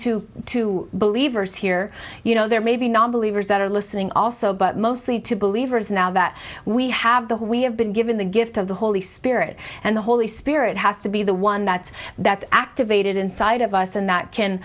to two believers here you know there may be nonbelievers that are listening also but mostly to believe there is now that we have the we have been given the gift of the holy spirit and the holy spirit has to be the one that's that's activated inside of us and that can